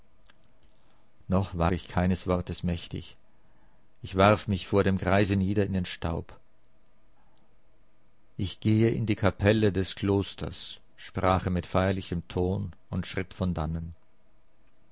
noch war ich keines wortes mächtig ich warf mich vor dem greise nieder in den staub ich gehe in die kapelle des klosters sprach er mit feierlichem ton und schritt von dannen